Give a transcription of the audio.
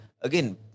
again